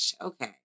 Okay